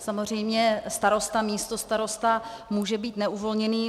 Samozřejmě starosta, místostarosta může být neuvolněným.